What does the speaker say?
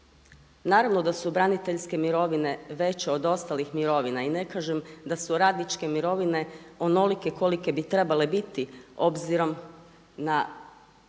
Naravno da su braniteljske mirovine veće od ostalih mirovina i ne kažem da su radničke mirovine onolike kolike bi trebale biti s obzirom na